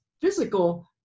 physical